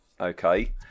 okay